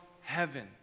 heaven